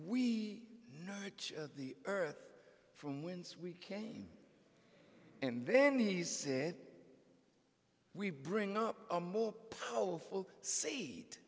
know the earth from whence we came and then he said we bring up a more powerful se